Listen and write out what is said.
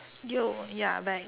yo ya I'm back